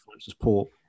support